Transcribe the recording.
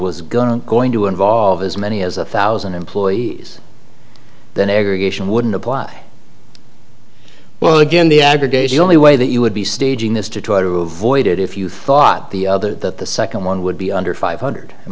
was going and going to involve as many as a thousand employees then aggregation wouldn't apply well again the aggregate the only way that you would be staging this to avoid it if you thought the other that the second one would be under five hundred